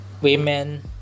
women